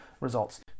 results